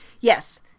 Yes